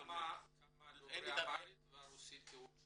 כמה דוברי אמהרית ורוסית הוכשרו?